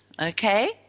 Okay